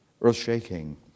earth-shaking